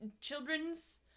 children's